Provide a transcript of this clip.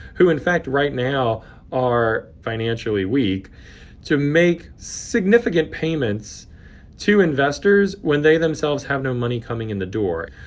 who in fact right now are financially weak to make significant payments to investors when they themselves have no money coming in the door?